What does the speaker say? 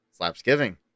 Slapsgiving